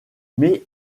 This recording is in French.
mais